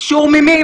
אישור ממי?